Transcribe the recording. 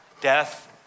death